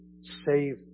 save